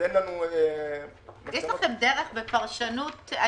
יש לכם דרך ופרשנות?